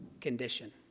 condition